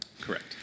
correct